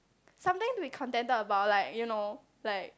sometimes we contented about like you know like